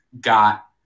got